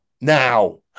now